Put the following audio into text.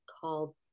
called